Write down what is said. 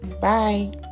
Bye